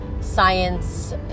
science